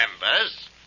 members